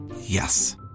Yes